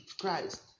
Christ